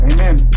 Amen